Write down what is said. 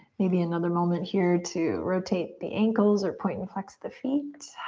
maybe another moment here to rotate the ankles or point and flex the feet.